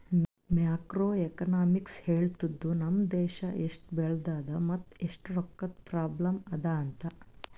macro economics ಹೇಳ್ತುದ್ ನಮ್ ದೇಶಾ ಎಸ್ಟ್ ಬೆಳದದ ಮತ್ ಎಸ್ಟ್ ರೊಕ್ಕಾದು ಪ್ರಾಬ್ಲಂ ಅದಾ ಅಂತ್